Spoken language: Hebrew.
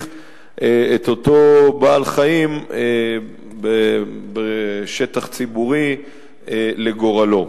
את אותו בעל-חיים בשטח ציבורי לגורלו.